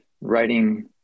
writing